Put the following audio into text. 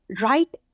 right